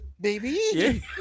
baby